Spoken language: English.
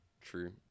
true